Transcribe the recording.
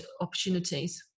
opportunities